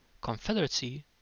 confederacy